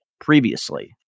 previously